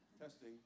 testing